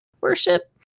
worship